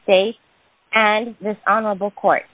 states and this honorable court